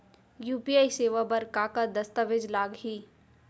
UPI सेवा बर का का दस्तावेज लागही?